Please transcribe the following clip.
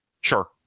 Sure